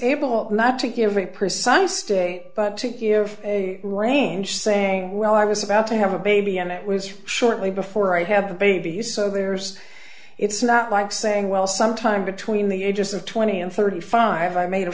able not to give a precise date but to give a range saying well i was about to have a baby and it was shortly before i have a baby so there's it's not like saying well sometime between the ages of twenty and thirty five i made a